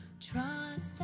Trust